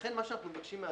לכן מה שאנחנו מבקשים זה